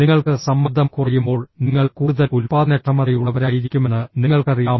നിങ്ങൾക്ക് സമ്മർദ്ദം കുറയുമ്പോൾ നിങ്ങൾ കൂടുതൽ ഉൽപ്പാദനക്ഷമതയുള്ളവരായിരിക്കുമെന്ന് നിങ്ങൾക്കറിയാമോ